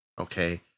okay